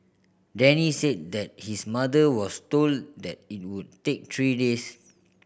Denny said that his mother was told that it would take three days